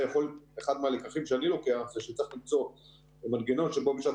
אחד מהלקחים שאני לוקח זה שצריך למצוא מנגנון שבו בשעת